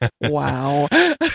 Wow